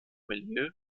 milieu